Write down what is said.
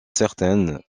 certaine